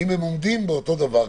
האם הם עומדים באותם קריטריונים?